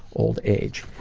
old age.